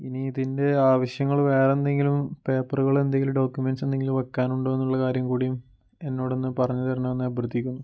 ഇനിയിതിൻ്റെ ആവശ്യങ്ങൾ വേറെയെന്തെങ്കിലും പേപ്പറുകളെന്തെങ്കിലും ഡോക്യൂമെൻ്റ്സ് എന്തെങ്കിലും വെക്കാനുണ്ടോയെന്നുള്ള കാര്യം കൂടിയും എന്നോടൊന്ന് പറഞ്ഞു തരണമെന്ന് അഭ്യർത്ഥിക്കിന്നു